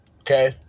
Okay